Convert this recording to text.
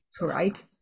right